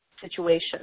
situation